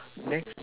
next